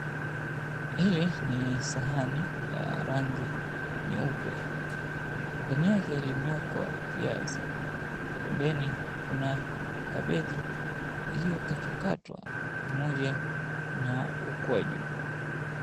Hili ni sahani la rangi nyeupe, ndani yake limewekwa viazi. Pembeni kuna kabegi iliyokatwakatwa pamoja na ukwaju.